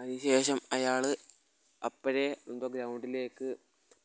അതിന് ശേഷം അയാൾ അപ്പോഴേ എന്തോ ഗ്രൗണ്ടിലേക്ക്